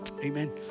Amen